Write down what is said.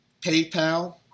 PayPal